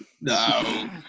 No